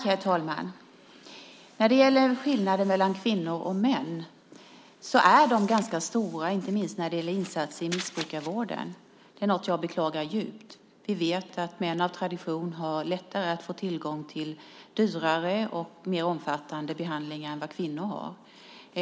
Herr talman! När det gäller skillnader mellan kvinnor och män så är de ganska stora, inte minst när det gäller insatser i missbrukarvården. Det är något jag beklagar djupt. Vi vet att män av tradition har lättare att få tillgång till dyrare och mer omfattande behandlingar än vad kvinnor har.